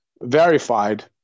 verified